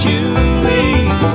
Julie